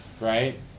right